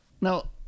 Now